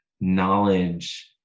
knowledge